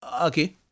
okay